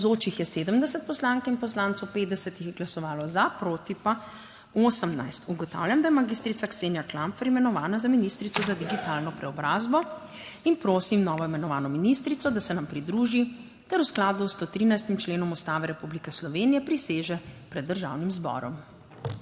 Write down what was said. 50 jih je glasovalo za, proti pa 18. (Za je glasovalo 50.)(Proti 18.) Ugotavljam, da je magistrica Ksenija Klampfer imenovana za ministrico za digitalno preobrazbo. In prosim novo imenovano ministrico, da se nam pridruži ter v skladu s 13. členom Ustave Republike Slovenije priseže pred Državnim zborom.